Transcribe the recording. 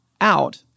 out